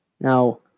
Now